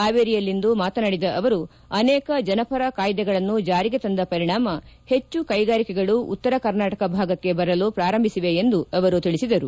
ಪಾವೇರಿಯಲ್ಲಿಂದು ಮಾತನಾಡಿದ ಅವರು ಆನೇಕ ಜನಪರ ಕಾಯ್ದೆಗಳನ್ನು ಜಾರಿಗೆ ತಂದ ಪರಿಣಾಮ ಪೆಚ್ಚು ಕೈಗಾರಿಕೆಗಳು ಉತ್ತರ ಕರ್ನಾಟಕ ಭಾಗಕೈ ಬರಲು ಪ್ರಾರಂಭಿಸಿವೆ ಎಂದು ತಿಳಿಸಿದರು